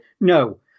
No